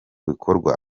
bikorwa